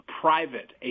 private